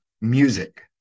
music